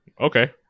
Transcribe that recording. Okay